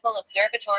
Observatory